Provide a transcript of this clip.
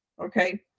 okay